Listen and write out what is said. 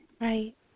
Right